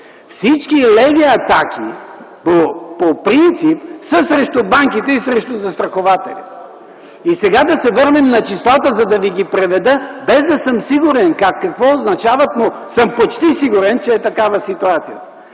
Всички леви атаки по принцип са срещу банките и срещу застрахователите. Сега да се върнем на числата, за да ви ги преведа, без да съм сигурен какво означават, но съм почти сигурен, че ситуацията